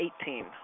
eighteen